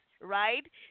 right